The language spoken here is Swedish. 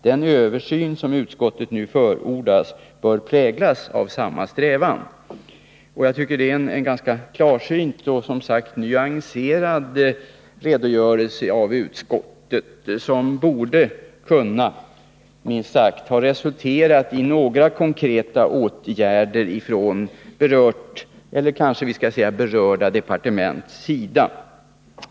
Den översyn som utskottet nu förordat bör präglas av samma strävan.” Jag tycker detta är en ganska klarsynt och som sagt nyanserad redogörelse av utskottet som minst sagt borde ha kunnat resultera i några konkreta åtgärder från berört — eller kanske vi skall säga berörda — departements sida.